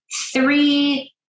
three